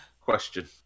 question